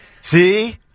see